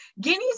guineas